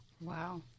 Wow